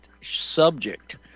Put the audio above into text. subject